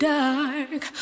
dark